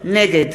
נגד